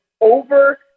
over